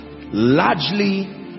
Largely